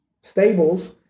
stables